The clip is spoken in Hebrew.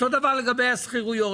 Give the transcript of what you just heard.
אותו דבר לגבי השכירויות.